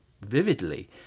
vividly